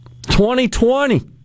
2020